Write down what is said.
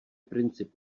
princip